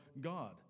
God